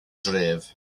dref